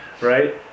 right